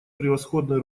превосходное